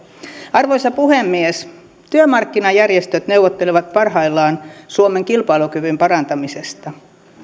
arvoisa puhemies työmarkkinajärjestöt neuvottelevat parhaillaan suomen kilpailukyvyn parantamisesta